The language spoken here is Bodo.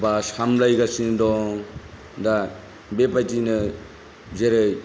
बा सामब्लायगासिनो दं दा बेबायदिनो जेरै